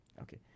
Okay